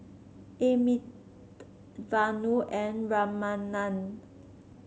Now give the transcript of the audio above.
Vanu and Ramanand